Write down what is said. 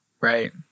Right